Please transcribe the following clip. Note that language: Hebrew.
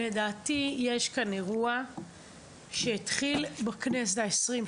לדעתי יש כאן אירוע שהתחיל בכנסת העשרים,